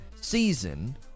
season